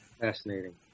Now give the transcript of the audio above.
Fascinating